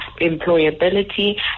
employability